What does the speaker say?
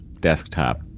desktop